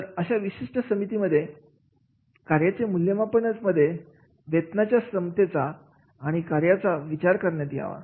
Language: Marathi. तर अशा विशिष्ट समितीमध्ये कार्याच्या मूल्यमापन मध्येच वेतनाच्या समतेचा आणि कार्याचा विचार करण्यात यावा